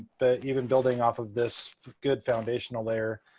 but even building off of this good foundational layer,